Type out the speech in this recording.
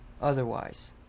otherwise